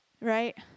Right